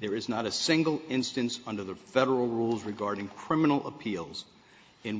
there is not a single instance under the federal rules regarding criminal appeals in